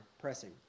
pressing